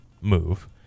move